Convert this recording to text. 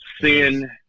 Sin